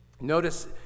Notice